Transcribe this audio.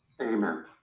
Amen